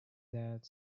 that